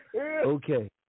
Okay